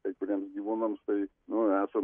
kai kuriems gyvūnams tai nu esam